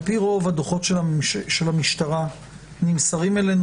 על פי רוב הדוחות של המשטרה נמסרים אלינו